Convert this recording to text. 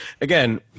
again